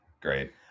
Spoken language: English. Great